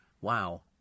Wow